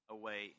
away